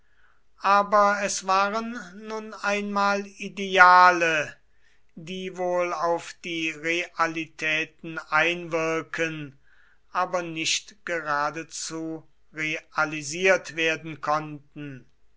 aber es waren nun einmal ideale die wohl auf die realitäten einwirken aber nicht geradezu realisiert werden konnten